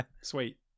Sweet